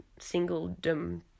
singledom